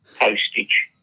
postage